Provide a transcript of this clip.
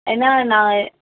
ஏனால் நான்